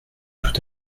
tout